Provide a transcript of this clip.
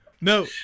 no